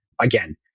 Again